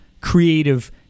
creative